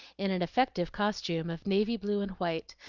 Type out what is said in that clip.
in an effective costume of navy-blue and white,